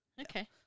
Okay